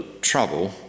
trouble